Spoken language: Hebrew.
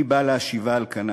אני בא להשיבה על כנה.